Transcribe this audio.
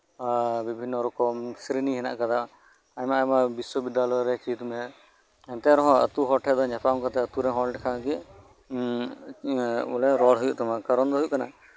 ᱟᱨ ᱵᱤᱵᱷᱤᱱᱱᱚ ᱨᱚᱠᱚᱢ ᱥᱨᱮᱱᱤ ᱦᱮᱱᱟᱜ ᱠᱟᱫᱟ ᱟᱭᱢᱟᱼᱟᱭᱢᱟ ᱵᱤᱥᱥᱚᱵᱤᱫᱽᱫᱷᱟᱞᱚᱭ ᱨᱮ ᱪᱮᱫ ᱢᱮ ᱮᱱᱛᱮ ᱨᱮᱦᱚᱸ ᱟᱹᱛᱩ ᱨᱮᱱ ᱦᱚᱲ ᱴᱷᱮᱱ ᱧᱟᱯᱟᱢ ᱠᱟᱛᱮ ᱟᱹᱛᱩ ᱨᱮᱱ ᱦᱚᱲ ᱞᱮᱠᱟᱜᱮ ᱩᱸᱜ ᱩᱸᱜ ᱵᱚᱞᱮ ᱨᱚᱲ ᱦᱩᱭᱩᱜ ᱛᱟᱢᱟ ᱠᱟᱨᱚᱱ ᱫᱚ ᱦᱩᱭᱩᱜ ᱠᱟᱱᱟ